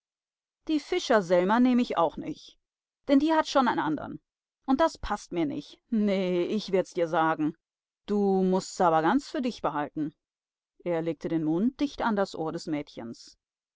die fischer selma nehm ich auch nich denn die hat schon ein'n andern und das paßt mir nich nee ich werd dir's sagen du mußt's aber ganz für dich behalten er legte den mund dicht an das ohr des mädchens